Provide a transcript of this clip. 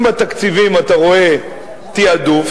אם בתקציבים אתה רואה תעדוף,